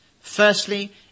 Firstly